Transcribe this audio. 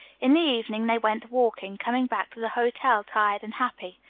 in the evening they went walking, coming back to the hotel tired and happy.